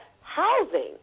housing